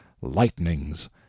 lightnings